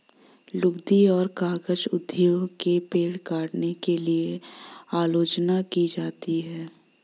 लुगदी और कागज उद्योग की पेड़ काटने के लिए आलोचना की जाती है